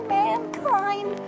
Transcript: mankind